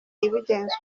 ibigenza